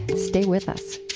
stay with us